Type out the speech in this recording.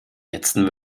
letzten